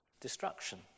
destruction